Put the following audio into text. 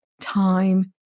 time